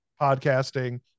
podcasting